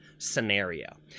Scenario